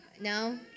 No